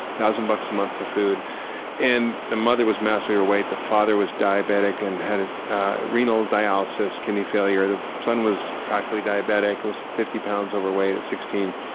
thousand bucks a month for food and the mother was massively overweight, the father was diabetic and had renal dialysis, kidney failure. the son was practically diabetic, was fifty pounds overweight at sixteen,